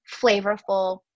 flavorful